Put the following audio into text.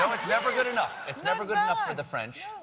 um it's never good enough. it's never good enough for the french.